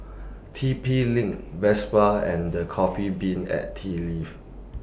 T P LINK Vespa and The Coffee Bean and Tea Leaf